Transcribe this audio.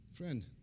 Friend